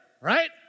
right